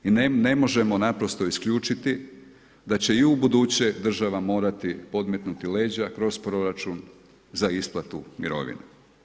I ne možemo naprosto isključiti da će i u buduće država morati podmetnuti leđa kroz proračun za isplatu mirovina.